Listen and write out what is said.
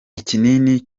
ikinini